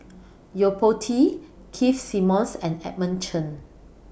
Yo Po Tee Keith Simmons and Edmund Chen